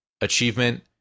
achievement